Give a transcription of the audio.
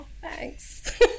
thanks